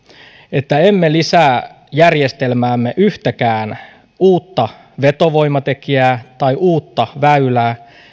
että emme lisää järjestelmäämme yhtäkään uutta vetovoimatekijää tai uutta väylää